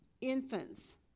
infants